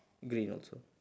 green also